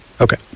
Okay